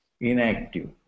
inactive